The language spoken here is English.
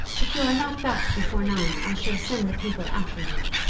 if you are not back before nine i shall send the people after you.